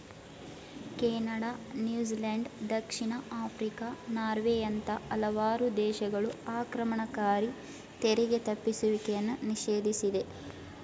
Canada, New Zealand, ದಕ್ಷಿಣ Africa, ನಾರ್ವೆಯಂತ ಹಲವಾರು ದೇಶಗಳು ಆಕ್ರಮಣಕಾರಿ ತೆರಿಗೆ ತಪ್ಪಿಸುವಿಕೆಯನ್ನು ನಿಷೇಧಿಸಿದೆ